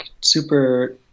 super